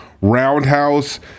roundhouse